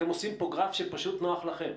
אתם עושים פה גרף שפשוט נוח לכם.